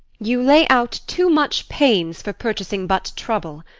you lay out too much pains for purchasing but trouble.